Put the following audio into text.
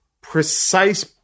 precise